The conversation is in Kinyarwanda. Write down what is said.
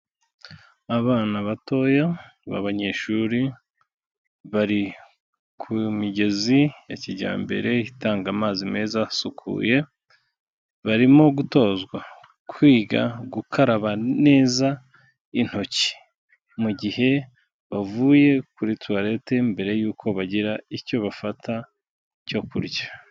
Abana batoya b'abanyeshuri bari ku migezi ya kijyambere itanga amazi meza asukuye, barimo gutozwa kwiga gukaraba neza intoki mu gihe bavuye kuri tuwarete mbere yuko bagira icyo bafata cyo kurya.